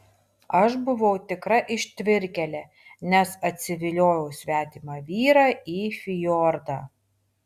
aš buvau tikra ištvirkėlė nes atsiviliojau svetimą vyrą į fjordą